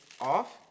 off